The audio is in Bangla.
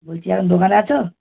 বলছি এখন দোকানে আছো